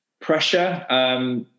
Pressure